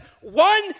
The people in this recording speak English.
one